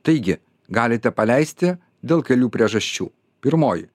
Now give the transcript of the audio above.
taigi galite paleisti dėl kelių priežasčių pirmoji